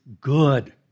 good